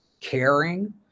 caring